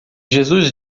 jesus